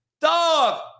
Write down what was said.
Dog